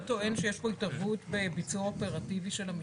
אתה טוען שיש פה התערבות בביצוע האופרטיבי של המשטרה?